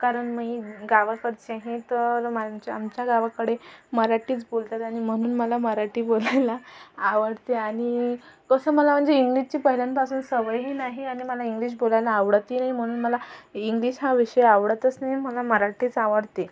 कारण मी गावाकडची आहे तर आम आमच्या गावाकडे मराठीच बोलतात आणि म्हणून मला मराठी बोलायला आवडते आणि तसं मला म्हणजे इंग्लिशची पहिल्यांदा असं सवयही नाही आणि मला इंग्लिश बोलायला आवडतही नाही म्हणून मला इंग्लिश हा विषय आवडतच नाही मला मराठीच आवडते